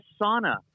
sauna